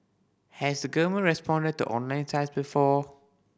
has the government responded to online sites before